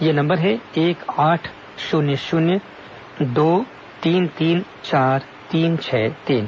यह नंबर है एक आठ शून्य शून्य दो तीन तीन चार तीन छह तीन